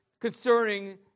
concerning